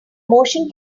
motion